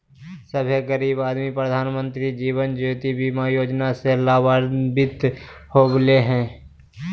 सभे गरीब आदमी प्रधानमंत्री जीवन ज्योति बीमा योजना से लाभान्वित होले हें